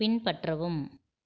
பின்பற்றவும்